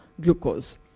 glucose